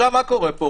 מה קורה פה?